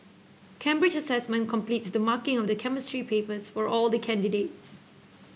Cambridge Assessment completes the marking of the Chemistry papers for all the candidates